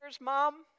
mom